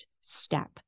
step